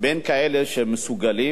בין כאלה שמסוגלים